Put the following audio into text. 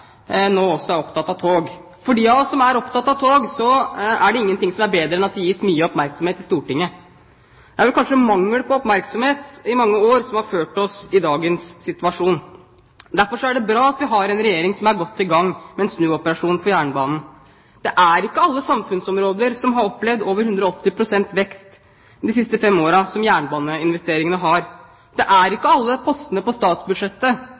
nå også er opptatt av tog. For dem av oss som er opptatt av tog, er det ingen ting som er bedre enn at det gis mye oppmerksomhet i Stortinget. Det er kanskje mangel på oppmerksomhet i mange år som har ført oss inn i dagens situasjon. Derfor er det bra at vi har en regjering som er godt i gang med en snuoperasjon for jernbanen. Det er ikke alle samfunnsområder som har opplevd over 180 pst. vekst de siste fem årene, slik som jernbaneinvesteringene har. Det er ikke alle postene på statsbudsjettet